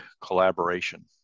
collaboration